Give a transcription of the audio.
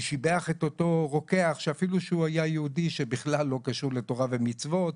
שיבח את אותו הרופא שבכלל לא היה קשור לתורה ומצוות,